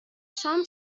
شام